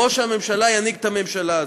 ראש הממשלה ינהיג את הממשלה הזאת.